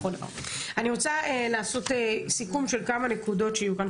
אני רוצה לעשות סיכום של כמה נקודות שיהיו כאן,